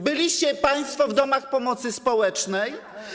Byliście państwo w domach pomocy społecznej?